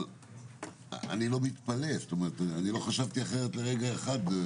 אני לא מתפלא, לא חשבתי אחרת לרגע אחד.